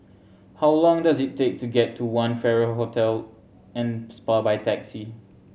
how long does it take to get to One Farrer Hotel and Spa by taxi